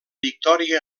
victòria